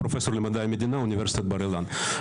פרופ' למדעי המדינה, אוניברסיטת בר אילן.